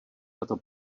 tato